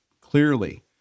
clearly